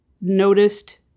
noticed